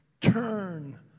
turn